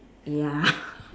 ya